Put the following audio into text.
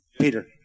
Peter